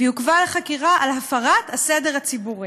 והיא עוכבה לחקירה על "הפרת הסדר הציבורי".